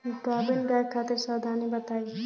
गाभिन गाय खातिर सावधानी बताई?